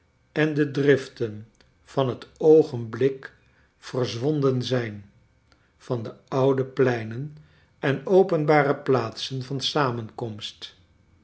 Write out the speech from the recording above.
en de driften van het oogenblik verzwonden zijn van de oude pleinen en openbare plaatsen van samenkomst